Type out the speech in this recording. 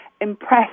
impressed